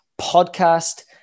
podcast